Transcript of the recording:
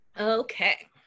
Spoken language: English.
Okay